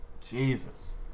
Jesus